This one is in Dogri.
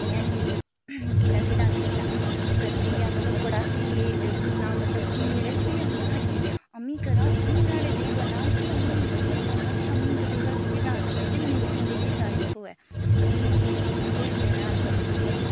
इ'यां कि किन्ना स्हेई डांस करदा करदी जां मतलब बड़ा स्हेई ऐ किन्ना मतलब कि मेरे च बी औंदा हा कि अम्मी करां अम्मी न्हाड़े जेही बनां कि अम्मी इन्दे देई बना अम्मी इन्दे देई डांस करां ते मेरी बी इन्दे देई तरीफ होऐ फ्ही केह् आखदे यरा फ्ही